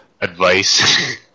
advice